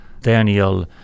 daniel